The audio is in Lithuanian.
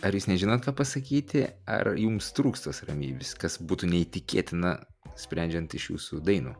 ar jūs nežinot ką pasakyti ar jums trūkst tos ramybės kas būtų neįtikėtina sprendžiant iš jūsų dainų